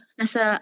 nasa